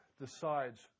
decides